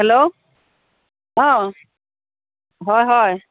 hello অঁ হয় হয়